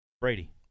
Brady